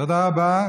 תודה רבה.